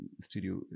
studio